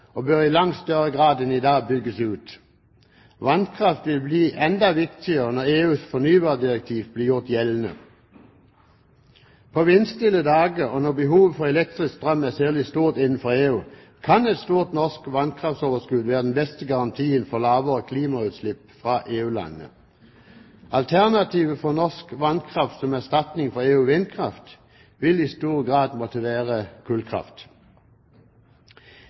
og bør i langt større grad enn i dag bygges ut. Vannkraft vil bli enda viktigere når EUs fornybardirektiv blir gjort gjeldende. På vindstille dager og når behovet for elektrisk strøm er særlig stort innenfor EU, kan et stort norsk vannkraftoverskudd være den beste garantien for lavere klimagassutslipp fra EU-landene. Alternativet for norsk vannkraft som erstatning for EU-vindkraft vil i stor grad måtte være kullkraft.